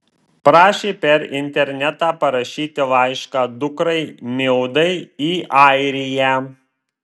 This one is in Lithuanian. prašė per internetą parašyti laišką dukrai mildai į airiją